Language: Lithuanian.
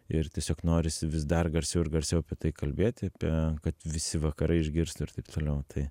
ir tiesiog norisi vis dar garsiau ir garsiau apie tai kalbėti apie kad visi vakarai išgirstų ir taip toliau tai